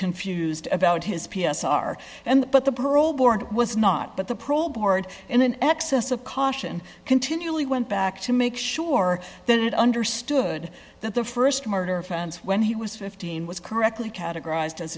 confused about his p s r and but the parole board was not but the pro board in an excess of caution continually went back to make sure that it understood that the st murder offense when he was fifteen was correctly categorized as